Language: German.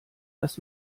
dass